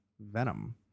Venom